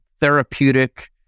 therapeutic